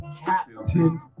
Captain